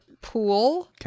pool